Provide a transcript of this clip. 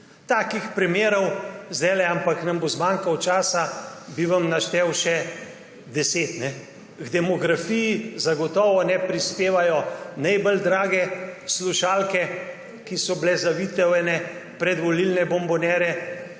Takih primerov, ampak nam bo zmanjkalo časa, bi vam naštel še deset. K demografiji zagotovo ne prispevajo najbolj drage slušalke, ki so bile zavite v ene predvolilne bombonjere,